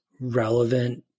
relevant